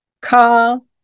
call